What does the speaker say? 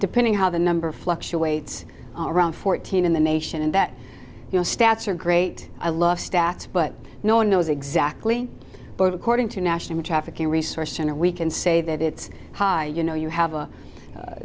depending how the number fluctuates around fourteen in the nation and that you know stats are great i love stats but no one knows exactly but according to national trafficking resource center we can say that it's high you know you have a